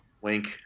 wink